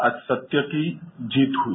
आज सत्य की जीत हुई